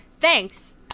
Thanks